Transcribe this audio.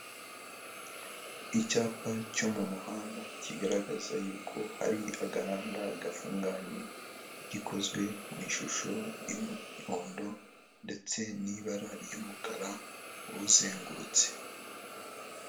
Icyapa cyo mu muhanda kigaragaza yuko hari agahanda gafunganye gikozwe mu ishusho y'umuhondo ndetse n'ibara ry'umukara uwuzengurutse.